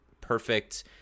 perfect